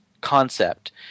concept